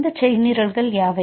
அந்தச் செய்நிரல்கள் யாவை